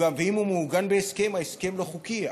ואם הוא מעוגן בהסכם, ההסכם לא חוקי.